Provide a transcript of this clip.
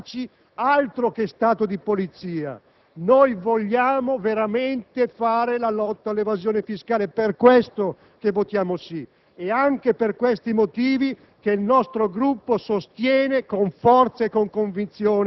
Gli assi fondamentali del provvedimento sono la lotta all'evasione e all'elusione fiscale e il recupero di base imponibile; misure in netta discontinuità con il passato Governo.